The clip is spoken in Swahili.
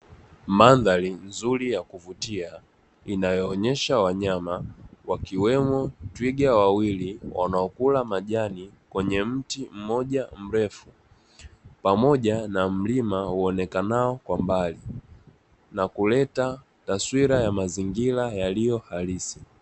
Madhari nzuri ya kuvutia, inayoonesha wanyama, wakiwemo twiga wawili wanaokula majani kwenye mti mmoja mrefu, pamoja na mlima muonekanao kwa mbali na kuleta taswira ya mazingira yaliyo halisi.